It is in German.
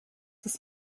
das